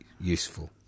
useful